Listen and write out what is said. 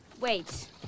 Wait